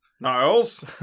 Niles